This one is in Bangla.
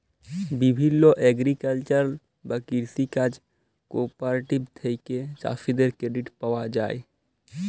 বিভিল্য এগ্রিকালচারাল বা কৃষি কাজ কোঅপারেটিভ থেক্যে চাষীদের ক্রেডিট পায়া যায়